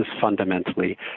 fundamentally